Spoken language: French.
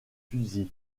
fusil